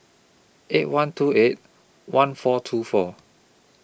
eight one two eight one four two four